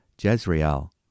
Jezreel